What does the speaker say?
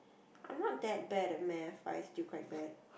I'm not that bad at math but it's still quite bad